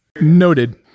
Noted